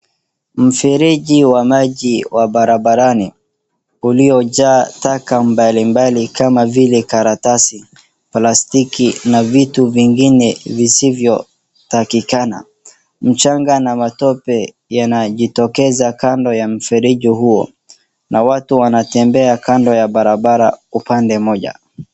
Mfereji wa maji wa barabarani uliojaa taka mbalimbali kama vile karatasi, plastiki na vitu vingine visivyotakikana. Mchanga na matope yanajitokeza kando ya mfereji huo na watu wanatembea kando ya barabara upande mmoja.